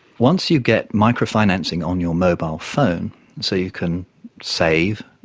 once you get micro-financing on your mobile phone so you can save,